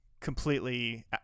completely